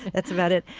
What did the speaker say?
that's about it.